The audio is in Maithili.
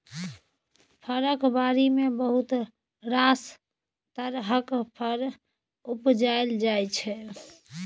फरक बारी मे बहुत रास तरहक फर उपजाएल जाइ छै